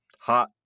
hot